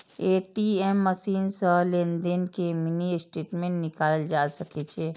ATM machine सं लेनदेन के मिनी स्टेटमेंट निकालल जा सकै छै